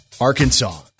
Arkansas